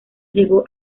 llegó